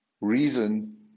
reason